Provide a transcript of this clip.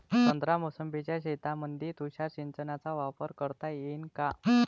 संत्रा मोसंबीच्या शेतामंदी तुषार सिंचनचा वापर करता येईन का?